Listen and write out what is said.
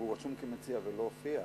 השר מיכאל איתן: השר מיכאל איתן: